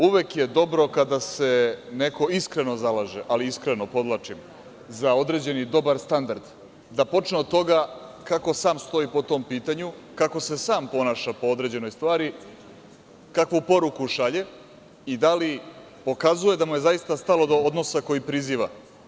Uvek je dobro kada se neko iskreno zalaže, ali iskreno podvlačim, za određeni dobar standard, da počne od toga kako sam stoji po tom pitanju, kako se sam ponaša po određenoj stvari, kakvu poruku šalje i da li pokazuje da mu je zaista stalo do odnosa koji priziva.